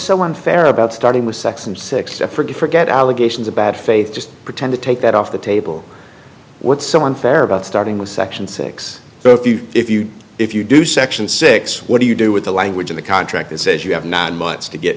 someone fair about starting with sex and six to forget forget allegations of bad faith just pretend to take that off the table what someone fair about starting with section six so if you if you if you do section six what do you do with the language in the contract that says you have nine months to get